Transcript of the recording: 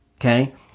Okay